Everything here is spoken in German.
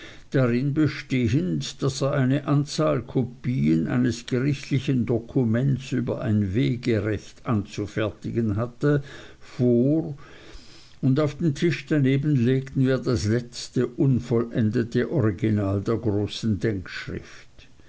darin bestehend daß er eine anzahl kopien eines gerichtlichen dokuments über ein wegerecht anzufertigen hatte vor und auf den tisch daneben legten wir das letzte unvollendete original der großen